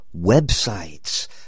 websites